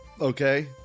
Okay